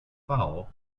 foul